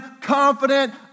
confident